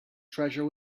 treasure